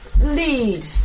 lead